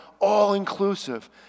all-inclusive